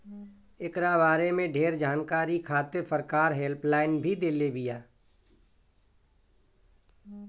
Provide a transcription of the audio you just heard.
एकरा बारे में ढेर जानकारी खातिर सरकार हेल्पलाइन भी देले बिया